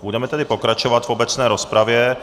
Budeme tedy pokračovat v obecné rozpravě.